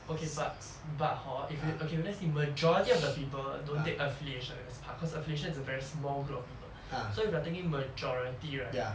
okay but but hor if you okay let's say majority of the people don't take affiliation as part cause affiliation is a very small group of people so if you are thinking majority right